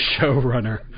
showrunner